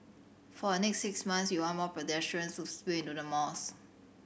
for the next six months we want more pedestrians to spill into the malls